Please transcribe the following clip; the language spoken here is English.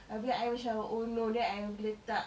habis I macam oh no then I letak